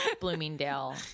Bloomingdale